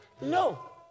No